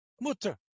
Mutter